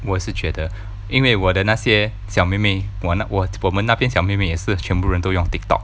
我也是觉得因为我的那些小妹妹我那我我们那边小妹妹也是全部人都用 TikTok